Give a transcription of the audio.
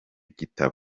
gitabo